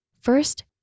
First